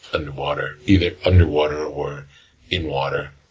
underwater. either underwater or in water.